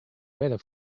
weather